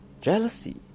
jealousy